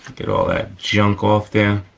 get all that junk off there.